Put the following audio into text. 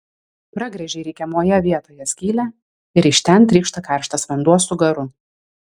pragręžei reikiamoje vietoje skylę ir iš ten trykšta karštas vanduo su garu